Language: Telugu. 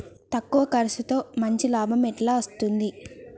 తక్కువ కర్సుతో మంచి లాభం ఎట్ల అస్తది?